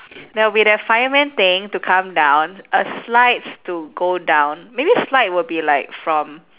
there will be that fireman thing to come down a slides to go down maybe slide will be like from